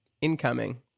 incoming